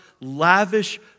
lavish